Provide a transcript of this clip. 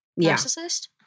Narcissist